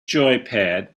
joypad